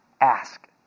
ask